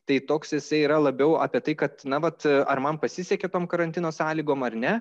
tai toks jisai yra labiau apie tai kad na vat ar man pasisekė tom karantino sąlygom ar ne